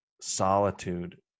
solitude